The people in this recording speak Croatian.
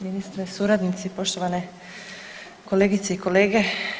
Ministre, suradnici, poštovane kolegice i kolege.